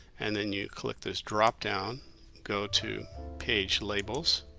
and then you click this dropdown go to page labels,